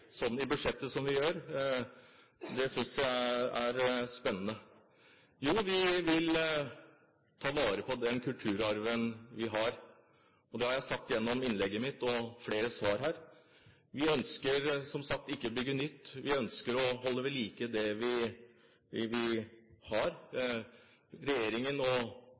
sånn i budsjettet som det vi gjør, synes jeg er spennende. Jo, vi vil ta vare på den kulturarven vi har. Det har jeg sagt i innlegget mitt og i flere svar her. Vi ønsker som sagt ikke å bygge nytt. Vi ønsker å holde ved like det vi har. Regjeringen,